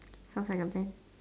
sounds like a plan